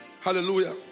Hallelujah